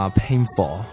painful